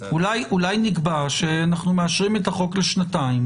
כמו שאנחנו מבינים,